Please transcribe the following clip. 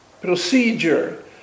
procedure